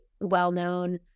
well-known